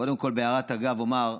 קודם כול, בהערת אגב אומר: